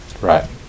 Right